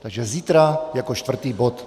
Takže zítra jako čtvrtý bod.